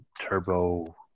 Turbo